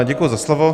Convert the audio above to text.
Děkuji za slovo.